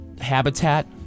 habitat